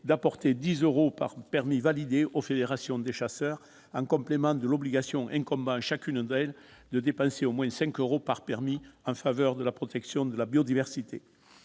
d'apporter 10 euros par permis validé aux fédérations des chasseurs, en complément de l'obligation incombant à chacune d'entre elles de dépenser au moins 5 euros par permis en faveur de la protection de la biodiversité.